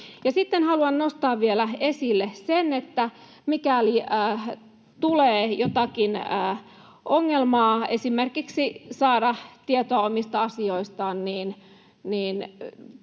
haluan nostaa esille vielä sen, että mikäli tulee jotakin ongelmaa, esimerkiksi ongelmia saada tietoa omista asioistaan,